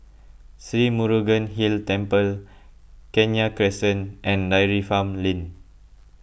Sri Murugan Hill Temple Kenya Crescent and Dairy Farm Lane